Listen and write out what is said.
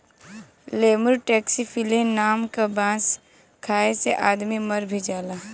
lemur taxiphyllin नाम क बांस खाये से आदमी मर भी जाला